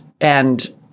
and-